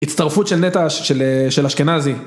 הצטרפות של נטע... של אשכנזי.